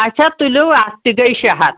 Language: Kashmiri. اچھا تُلِو اَتھ تہِ گٔے شےٚ ہَتھ